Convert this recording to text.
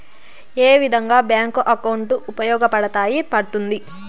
ఏ విధంగా bank account ఉపయోగపడతాయి పడ్తుంది